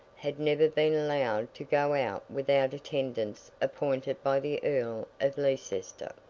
had never been allowed to go out without attendants appointed by the earl of leicester,